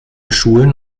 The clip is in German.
schulen